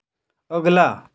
अगला